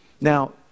Now